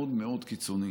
מאוד מאוד קיצוני,